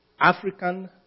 African